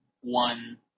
one